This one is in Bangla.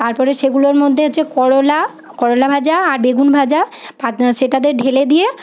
তারপরে সেগুলোর মধ্যে হচ্ছে করলা করলা ভাজা আর বেগুন ভাজা পাত সেটাতে ঢেলে দিয়ে